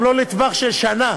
גם לא לטווח של שנה.